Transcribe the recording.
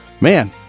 man